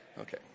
Okay